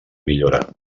millora